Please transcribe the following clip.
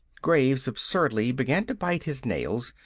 graves absurdly began to bite his nails,